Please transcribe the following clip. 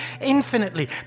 infinitely